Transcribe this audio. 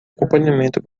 acompanhamento